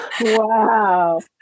Wow